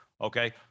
Okay